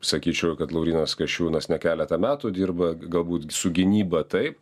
sakyčiau kad laurynas kasčiūnas ne keletą metų dirba galbūt su gynyba taip